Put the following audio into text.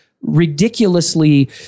ridiculously